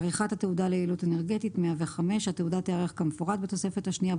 105.עריכת התעודה ליעילות אנרגטית התעודה תיערך כמפורט בתוספת השנייה,